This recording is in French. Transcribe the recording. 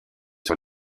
sur